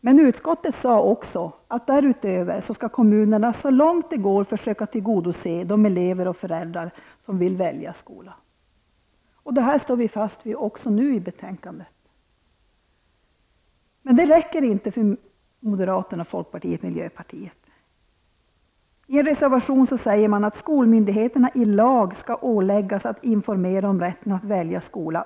Men utskottet sade också att kommunerna därutöver så långt det är möjligt skall försöka tillgodose de önskemål som de elever och föräldrar har som vill välja skola. Detta står vi fast vid. Det framgår av här aktuellt betänkande. Men detta är inte tillräckligt för moderaterna, folkpartiet och miljöpartiet. I en reservation säger man att skolmyndigheterna i lag skall åläggas att informera om rätten att välja skola.